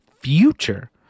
future